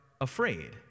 afraid